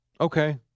Okay